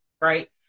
right